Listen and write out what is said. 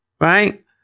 right